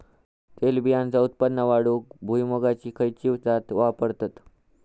तेलबियांचा उत्पन्न वाढवूक भुईमूगाची खयची जात वापरतत?